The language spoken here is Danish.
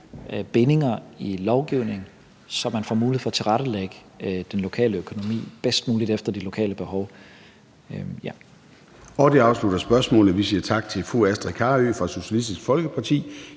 bindinger i lovgivningen, så man får mulighed for at tilrettelægge den lokale økonomi bedst muligt efter det lokale behov. Kl. 14:17 Formanden (Søren Gade): Det afslutter spørgsmålet. Vi siger tak til fru Astrid Carøe fra Socialistisk Folkeparti.